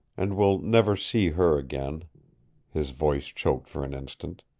and we'll never see her again his voice choked for an instant.